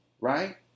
Right